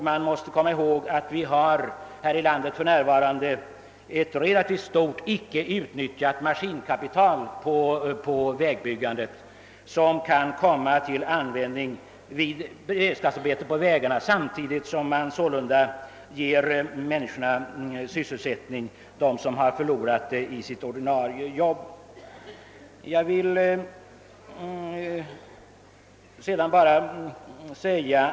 Man måste komma ihåg att vi här i landet för närvarande har ett relativt stort icke utnyttjat maskinkapital för vägbyggande, vilket kan komma till användning vid beredskapsarbeten på vägarna samtidigt som de människor som har förlorat sitt ordinarie jobb ges sysselsättning.